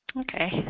Okay